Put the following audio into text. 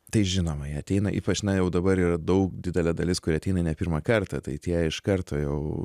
tai žinoma jie ateina ypač na jau dabar yra daug didelė dalis kurie ateina ne pirmą kartą tai tie iš karto jau